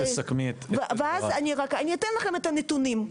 את הנתונים.